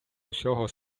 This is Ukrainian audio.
усього